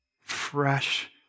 fresh